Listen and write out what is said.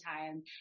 time